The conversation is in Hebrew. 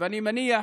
ואני מניח